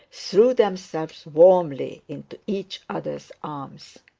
threw themselves warmly into each other's arms.